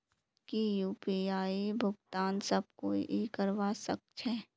की यु.पी.आई भुगतान सब कोई ई करवा सकछै?